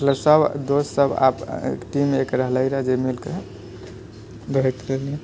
मतलब सब दोस्त सब आप टीम एक रहले रहै जे मिलिकऽ दौड़ैत रहियै